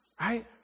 right